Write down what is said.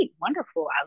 wonderful